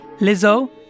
Lizzo